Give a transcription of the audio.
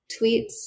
tweets